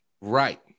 Right